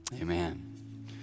amen